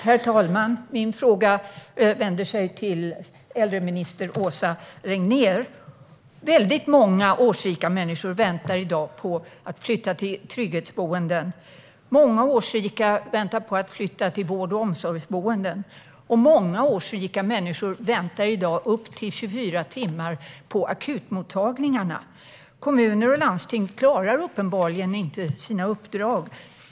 Herr talman! Min fråga vänder sig till äldreminister Åsa Regnér. Väldigt många årsrika människor väntar i dag på att få flytta till trygghetsboenden. Många årsrika väntar på att flytta till vård och omsorgsboenden. Och många årsrika människor väntar i dag upp till 24 timmar på akutmottagningarna. Kommuner och landsting klarar uppenbarligen inte sina uppdrag.